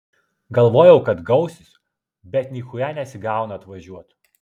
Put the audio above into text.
galvojau kad gausis bet nichuja nesigauna atvažiuot